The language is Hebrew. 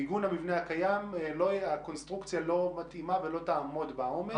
הקונסטרוקציה במבנה הקיים אינה מתאימה למיגון ולא תעמוד בעומס.